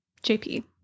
JP